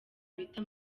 bita